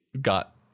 got